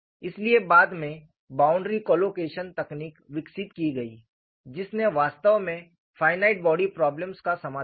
इसलिए बाद में बाउंड्री कोलोकेशन तकनीक विकसित की गई जिसने वास्तव में फाइनाइट बॉडी पॉब्लेम्स का समाधान दिया